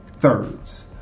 thirds